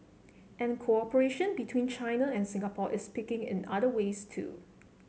and cooperation between China and Singapore is picking in other ways too